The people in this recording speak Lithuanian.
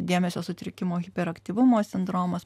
dėmesio sutrikimo hiperaktyvumo sindromas